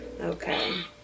Okay